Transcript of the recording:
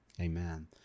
Amen